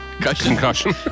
Concussion